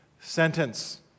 sentence